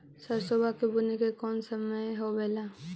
सरसोबा के बुने के कौन समय होबे ला?